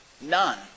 None